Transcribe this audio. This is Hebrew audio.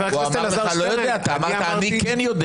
היועץ המשפטי אמר לך שהוא לא יודע ו אתה אמרת שאתה כן יודע.